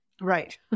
right